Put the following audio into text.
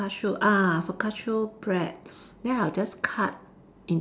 focaccia ah focaccia bread then I'll just cut